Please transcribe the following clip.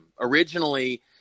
Originally